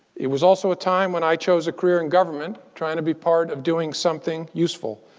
it was also a time when i chose a career in government, trying to be part of doing something useful,